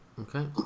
Okay